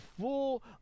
full